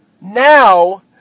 Now